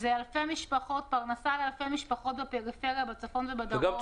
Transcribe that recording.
זה פרנסה לאלפי משפחות בפריפריה, בצפון ובדרום.